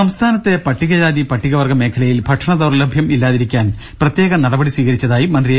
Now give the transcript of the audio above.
രുര സംസ്ഥാനത്തെ പട്ടികജാതി പട്ടിക വർഗ്ഗ മേഖലയിൽ ഭക്ഷണ ദൌർലഭ്യം ഇല്ലാതിരിക്കാൻ പ്രത്യേക നടപടി സ്വീകരിച്ചതായി മന്ത്രി എ